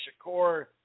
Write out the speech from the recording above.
Shakur –